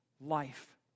life